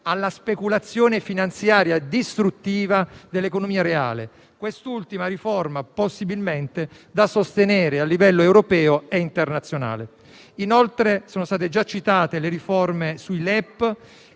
alla speculazione finanziaria distruttiva dell'economia reale, quest'ultima riforma da sostenere, possibilmente, a livello europeo e internazionale. Inoltre, sono state già citate le riforme sui